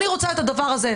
אני רוצה את הדבר הזה,